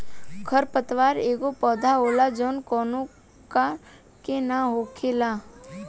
खर पतवार एगो पौधा होला जवन कौनो का के न हो खेला